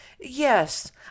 yes